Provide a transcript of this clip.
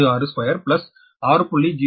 08662 6